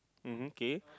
mmhmm k